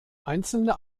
einzelne